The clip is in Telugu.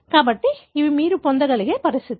కాబట్టి ఇవి మీరు పొందగలిగే పరిస్థితులు